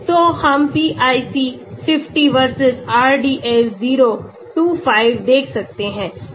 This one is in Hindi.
तो हम pIC 50 versus RDF025 देख सकते हैं